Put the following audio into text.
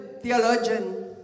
theologian